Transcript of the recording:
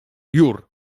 jur